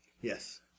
Yes